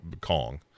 Kong